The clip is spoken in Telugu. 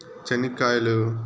చెనిక్కాయలు